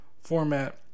format